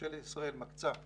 ממשלת ישראל מקצה מכסות,